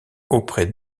auprès